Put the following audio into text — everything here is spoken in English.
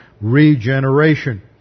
regeneration